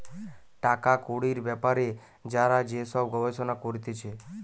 টাকা কড়ির বেপারে যারা যে সব গবেষণা করতিছে